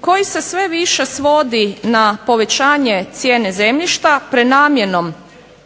koji se sve više svodi na povećanje cijene zemljišta prenamjenom